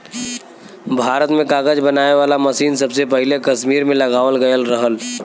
भारत में कागज बनावे वाला मसीन सबसे पहिले कसमीर में लगावल गयल रहल